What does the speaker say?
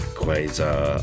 quasar